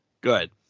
Good